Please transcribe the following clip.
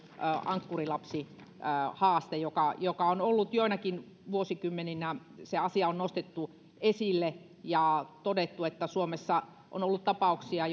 ankkurilapsihaaste joka joka on ollut joinakin vuosikymmeninä kun se asia on nostettu esille ja todettu että suomessa on ollut tapauksia